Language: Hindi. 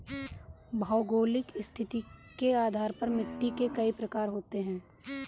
भौगोलिक स्थिति के आधार पर मिट्टी के कई प्रकार होते हैं